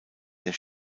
der